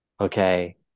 okay